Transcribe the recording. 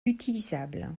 utilisable